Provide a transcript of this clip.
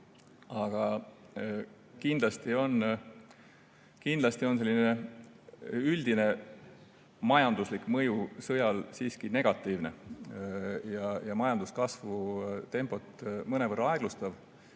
Aga kindlasti on sõja üldine majanduslik mõju muidugi negatiivne ja majanduskasvu tempot mõnevõrra aeglustav.